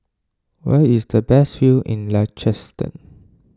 where is the best view in Liechtenstein